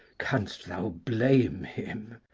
canst thou blame him?